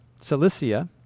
Cilicia